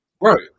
Right